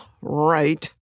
right